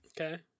Okay